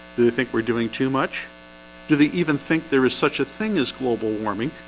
do they think we're doing too much do they even think there is such a thing as global warming?